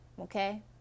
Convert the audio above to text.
Okay